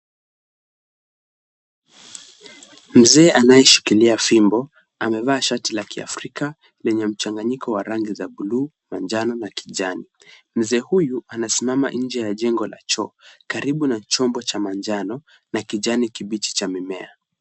Mzee anayeshikilia fimbo, amevaa shati la kiafrika lenye mchanganyiko wa rangi za blue , manjano na kijani, mzee huyu amesimama nje ya jengo la choo, karibu na chombo cha manjano na kijani kibichi cha mimea.